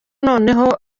noneho